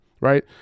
right